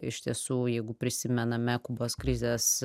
iš tiesų jeigu prisimename kubos krizės